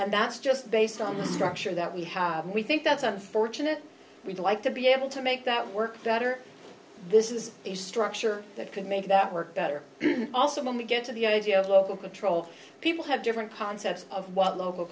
and that's just based on the structure that we have and we think that's unfortunate we'd like to be able to make that work better this is a structure that could make that work better also when we get to the idea of local control people have different concepts of what local